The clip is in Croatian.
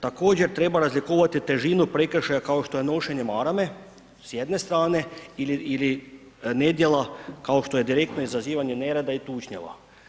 Također treba razlikovati težinu prekršaja kao što je nošenje marame s jedne strane ili nedjela kao što je direktno izazivanje nereda i tučnjava.